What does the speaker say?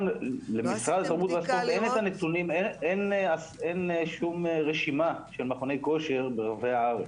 למשרד התרבות והספורט אין שום רשימה של מכוני כושר ברחבי הארץ.